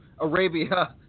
Arabia